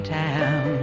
town